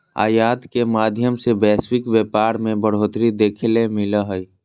आयात के माध्यम से वैश्विक व्यापार मे बढ़ोतरी देखे ले मिलो हय